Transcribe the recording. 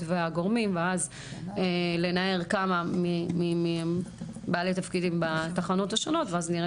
והגורמים ואז לנער כמה מבעלי תפקידים בתחנות השונות ואז נראה